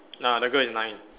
ah the girl is nine